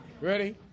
Ready